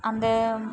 அந்த